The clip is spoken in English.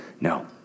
no